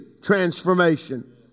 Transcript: transformation